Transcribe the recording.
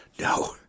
no